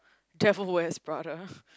Devil-Wears-Prada